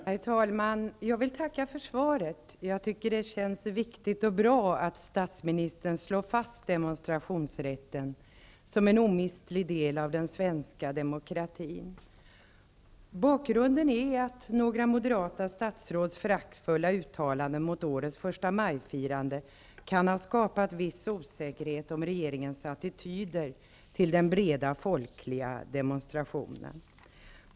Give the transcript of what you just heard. Herr talman! Jag vill tacka för svaret. Jag tycker att det känns viktigt och bra att statsministern slår fast demonstrationsrätten som en omistlig del av den svenska demokratin. Bakgrunden till min fråga är att några moderata statsråds föraktfulla uttalanden mot årets förstamajfirande kan ha skapat viss osäkerhet om regeringens attityder till den breda folkliga demonstrationen.